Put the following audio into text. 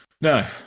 No